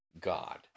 God